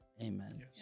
Amen